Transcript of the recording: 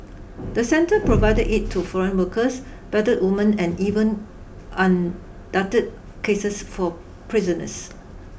the centre provided aid to foreign workers battered women and even on duct cases for prisoners